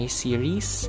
series